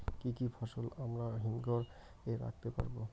কি কি ফসল আমরা হিমঘর এ রাখতে পারব?